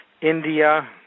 India